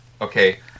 okay